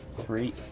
Three